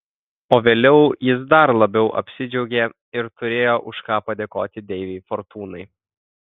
o vėliau jis dar labiau apsidžiaugė ir turėjo už ką padėkoti deivei fortūnai